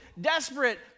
desperate